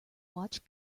watch